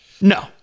No